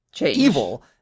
evil